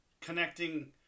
connecting